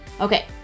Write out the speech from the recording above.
Okay